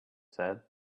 said